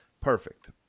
perfect